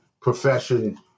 profession